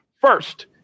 first